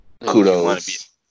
Kudos